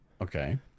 Okay